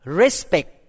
respect